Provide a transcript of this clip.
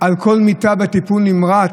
על כל מיטה בטיפול נמרץ,